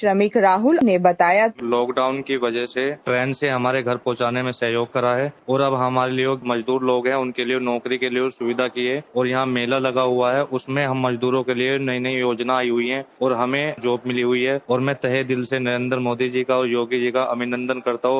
श्रमिक राहुल ने बताया लॉकडाउन की वजह से ट्रेन से हमारे हमारे घर पहुंचाने में सहयोग किया है और अब हमारे लिये मजदूर लोग है उनके लिये नौकरी की जो सुविधा की है और यहां मेला लगा हुआ है उसमें हम मजदूरों के लिये नई नई योजना आई हुई है ओर हमें जॉब मिली हुई है और मैं तहेदिल से योगी जी का और मोदी जी का अभिनन्दन करता हूं